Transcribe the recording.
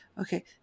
okay